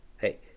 hey